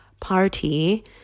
party